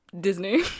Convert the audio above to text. Disney